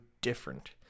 different